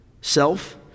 self